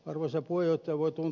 arvoisa puhemies